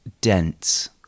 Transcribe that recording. dense